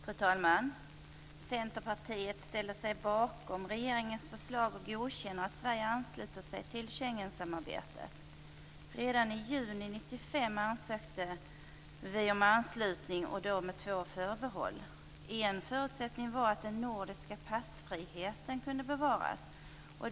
Fru talman! Centerpartiet ställer sig bakom regeringens förslag och godkänner att Sverige ansluter sig till Schengensamarbetet. Redan i juni 1995 ansökte vi om anslutning, då med två förbehåll. En förutsättning var att den nordiska passfriheten kunde bevaras.